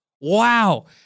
Wow